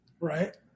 right